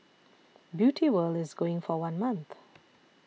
Beauty World is going for one month